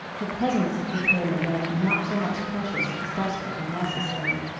her presence became again not so much precious as desperately necessary.